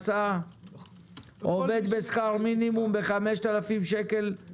עובד בשכר מינימום ב-5,000 שקלים,